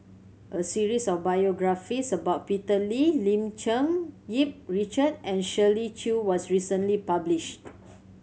a series of biographies about Peter Lee Lim Cherng Yih Richard and Shirley Chew was recently published